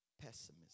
pessimism